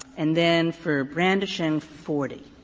and then for brandishing, forty.